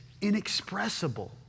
inexpressible